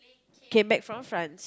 came back from France